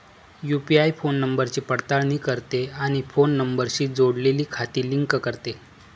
UPI phone नंबरची पडताळणी करते आणि फोन नंबरशी जोडलेली खाती लिंक करते